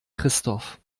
christoph